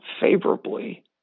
favorably